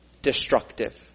destructive